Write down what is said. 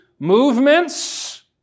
Movements